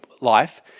life